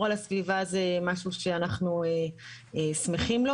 על הסביבה זה משהו שאנחנו שמחים לו,